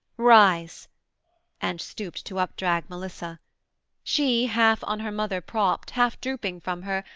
rise and stooped to updrag melissa she, half on her mother propt, half-drooping from her,